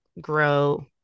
grow